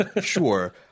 sure